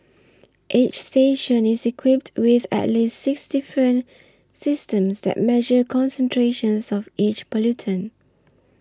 each station is equipped with at least six different systems that measure concentrations of each pollutant